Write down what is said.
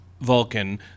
Vulcan